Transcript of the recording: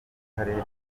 akarere